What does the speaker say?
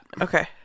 Okay